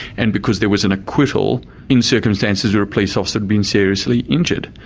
and because there was an acquittal in circumstances where a police officer had been seriously injured.